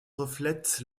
reflètent